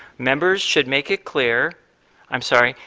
member should make it clear i'm sorry,